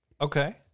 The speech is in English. Okay